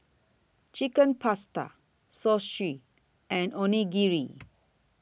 Chicken Pasta Zosui and Onigiri